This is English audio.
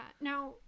Now